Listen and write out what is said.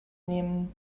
nehmen